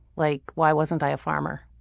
like why wasn't i a farmer?